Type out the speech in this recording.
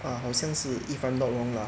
ah 好像是 if I'm not wrong lah